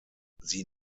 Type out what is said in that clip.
sie